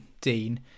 Dean